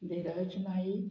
Dhiraj Naik